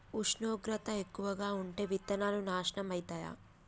ఉష్ణోగ్రత ఎక్కువగా ఉంటే విత్తనాలు నాశనం ఐతయా?